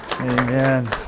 Amen